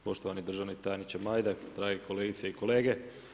Poštovani državni tajniče Majdak, dragi kolegice i kolege.